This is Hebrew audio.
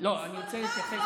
עבר הזמן, זמנך עבר.